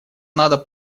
надо